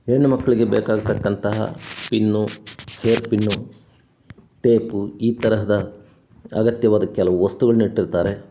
ಹೆಣ್ ಮಕ್ಕಳಿಗೆ ಬೇಕಾಗತಕ್ಕಂತಹ ಪಿನ್ನು ಹೇರ್ಪಿನ್ನು ಟೇಪು ಈ ತರಹದ ಅಗತ್ಯವಾದ ಕೆಲವು ವಸ್ತುಗಳನ್ನಿಟ್ಟಿರ್ತಾರೆ